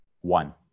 One